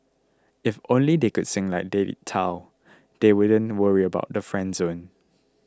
if only they could sing like David Tao they wouldn't worry about the friend zone